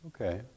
Okay